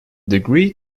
degree